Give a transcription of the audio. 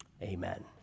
Amen